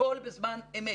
הכול בזמן אמת.